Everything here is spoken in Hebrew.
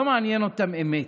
לא מעניינת אותם אמת,